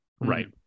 Right